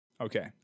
Okay